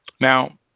Now